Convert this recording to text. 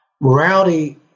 Morality